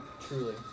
truly